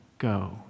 go